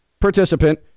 participant